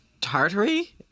tartary